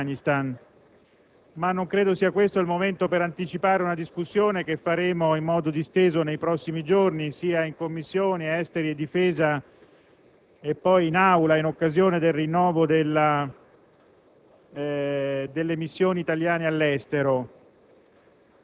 insieme, naturalmente, alla grande preoccupazione per quanto sta accadendo in Afghanistan. Non credo però sia questo il momento di anticipare una discussione che svolgeremo in modo disteso nei prossimi giorni, sia nelle Commissioni esteri e difesa